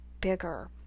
bigger